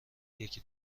یکی